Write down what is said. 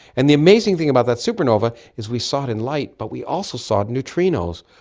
and the amazing thing about that supernova is we saw it in light but we also saw neutrinos,